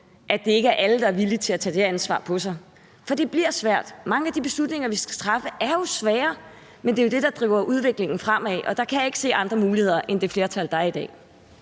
at det ikke er alle, der er villige til at tage det ansvar på sig, for det bliver svært. Mange af de beslutninger, vi skal træffe, er svære, men det er jo det, der driver udviklingen fremad, og der kan jeg ikke se andre muligheder end det flertal, der er i dag.